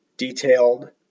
detailed